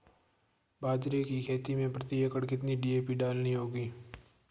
बाजरे की खेती में प्रति एकड़ कितनी डी.ए.पी डालनी होगी?